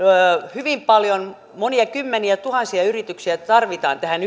hyvin paljon monia kymmeniä tuhansia yrityksiä tarvitaan tähän